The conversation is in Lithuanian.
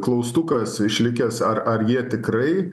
klaustukas išlikęs ar ar jie tikrai